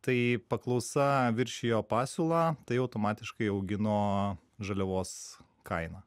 tai paklausa viršijo pasiūlą tai automatiškai augino žaliavos kainą